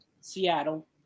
Seattle